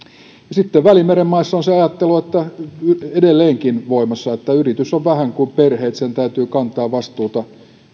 välimeren maissa on se ajattelu edelleenkin voimassa että yritys on vähän kuin perhe niin että sen täytyy kantaa vastuuta